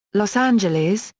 los angeles,